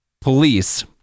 police